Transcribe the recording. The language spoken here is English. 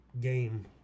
game